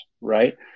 right